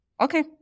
okay